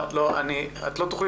מרשה להציג